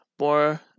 more